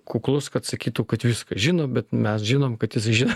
kuklus kad sakytų kad viską žino bet mes žinom kad jisai žino